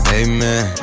amen